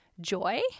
joy